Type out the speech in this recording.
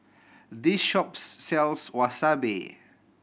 this shop sells Wasabi